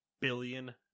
billion